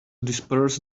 disperse